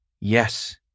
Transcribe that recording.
yes